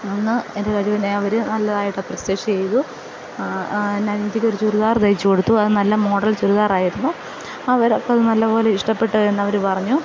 അന്ന് എൻ്റെ കഴിവിനെ അവര് നല്ലതായിട്ട് അപ്രീശിയേറ്റ് ചെയ്തു എൻ്റെ അനിയത്തിക്ക് ചുരിദാർ തയ്ച്ചു കൊടുത്തു അത് നല്ല മോഡൽ ചുരിദാറായിരുന്നു അവർക്ക് അത് നല്ലപോലെ ഇഷ്ടപ്പെട്ടു എന്ന് അവര് പറഞ്ഞു